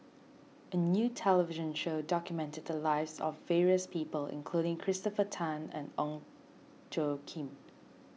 a new television show documented the lives of various people including Christopher Tan and Ong Tjoe Kim